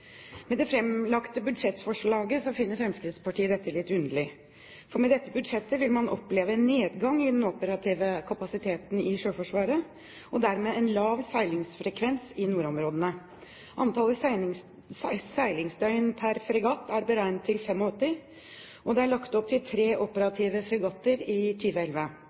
Med det framlagte budsjettforslaget finner Fremskrittspartiet dette litt underlig. For med dette budsjettet vil man oppleve en nedgang i den operative kapasiteten i Sjøforsvaret og dermed en lav seilingsfrekvens i nordområdene. Antallet seilingsdøgn per fregatt er beregnet til 85, og det er lagt opp til tre operative fregatter i